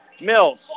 Mills